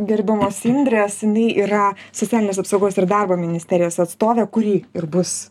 gerbiamos indrės jiniai yra socialinės apsaugos ir darbo ministerijos atstovė kuri ir bus